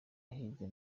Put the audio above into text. hirya